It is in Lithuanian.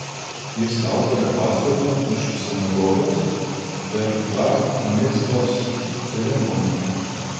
jis saugojo pastatą už sinagogos per bar micvos ceremoniją